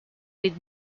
with